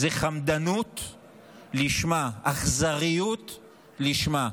זו חמדנות לשמה, אכזריות לשמה.